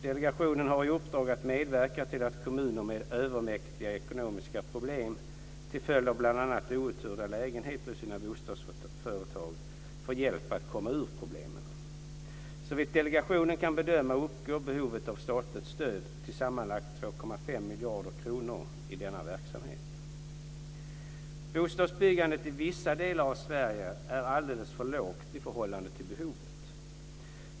Delegationen har i uppdrag att medverka till att kommuner med övermäktiga ekonomiska problem till följd av bl.a. outhyrda lägenheter i sina bostadsföretag får hjälp att komma ur problemen. Såvitt delegationen kan bedöma uppgår behovet av statligt stöd till sammanlagt 2,5 miljarder kronor i denna verksamhet. Bostadsbyggandet i vissa delar av Sverige är alldeles för lågt i förhållande till behovet.